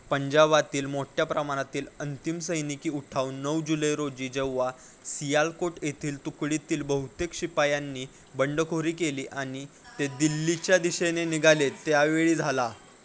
पंजाबातील मोठ्या प्रमाणातील अंतिम सैनिकी उठाव नऊ जुलै रोजी जेव्हा सियालकोट येथील तुकडीतील बहुतेक शिपायांनी बंडखोरी केली आणि ते दिल्लीच्या दिशेने निघाले त्यावेळी झाला